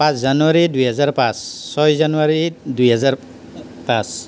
পাঁচ জানুৱাৰী দুহেজাৰ পাঁচ ছয় জানুৱাৰী দুহেজাৰ পাঁচ